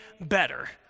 better